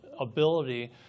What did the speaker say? ability